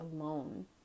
alone